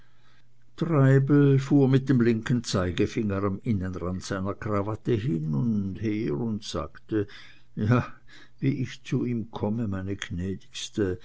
treibel fuhr mit dem linken zeigefinger am innenrand seiner krawatte hin und her und sagte ja wie ich zu ihm komme meine